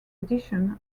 edition